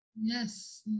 Yes